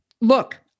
Look